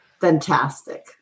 fantastic